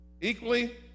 equally